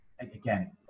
again